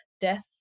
death